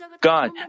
God